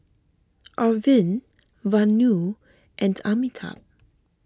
Arvind Vanu and Amitabh